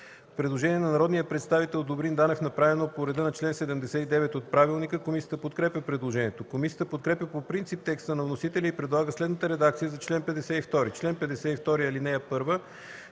Предложение на народните представители Иванов и Ангелов, направено по реда на чл. 79 от правилника. Комисията подкрепя предложението. Комисията подкрепя по принцип текста на вносителя и предлага следната редакция за чл. 83, който става